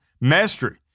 mastery